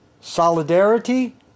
solidarity